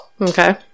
Okay